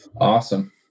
Awesome